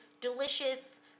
delicious